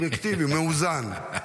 מאוזן,